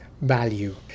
value